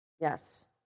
Yes